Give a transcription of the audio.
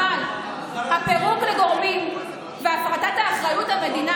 אבל הפירוק לגורמים והפחתת אחריות המדינה